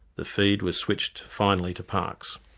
the feed was switched finally to parkes.